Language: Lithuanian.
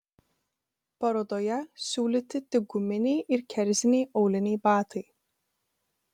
parodoje siūlyti tik guminiai ir kerziniai auliniai batai